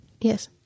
yes